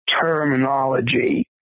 terminology